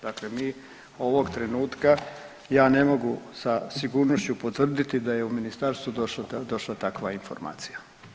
Dakle, mi ovog trenutka ja ne mogu sa sigurnošću potvrditi da je u ministarstvu došla takva informacija.